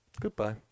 Goodbye